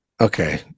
okay